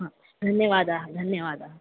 हा धन्यवादाः धन्यवादाः